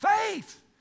Faith